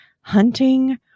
hunting